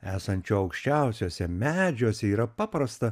esančių aukščiausiuose medžiuose yra paprasta